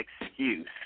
excuse